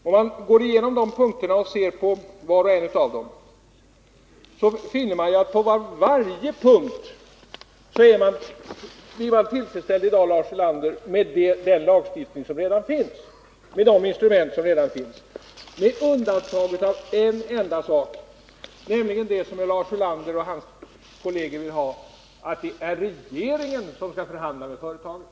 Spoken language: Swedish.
Går man igenom punkterna och ser på var och en av dem, finner man, Lars Ulander, att man kan bli tillfredsställd med de instrument som redan finns med undantag för en enda sak, nämligen detta att det enligt Lars Ulander och hans kolleger är regeringen som skall förhandla med företagen.